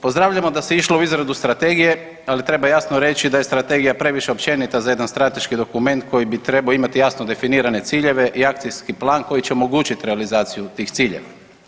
Pozdravljamo da se išlo u izradu strategije, ali treba jasno reći da je strategija previše općenita za jedan strateški dokument koji bi trebao imati jasno definirane ciljeve i akcijski plan koji će omogućiti realizaciju tih ciljeva.